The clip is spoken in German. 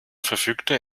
verfügte